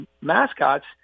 mascots